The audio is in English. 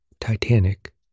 Titanic